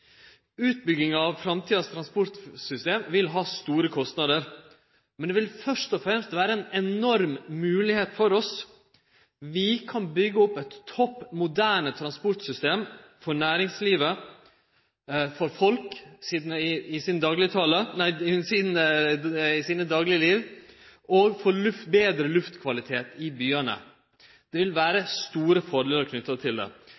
Utbygginga av framtidas transportsystem vil ha store kostnader, men vil først og fremst vere ei enorm moglegheit for oss. Vi kan byggje opp eit topp moderne transportsystem for næringslivet og for folk i dagleglivet – og for betre luftkvalitet i byane. Det vil vere store fordelar knytte til det.